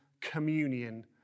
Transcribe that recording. communion